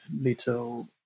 little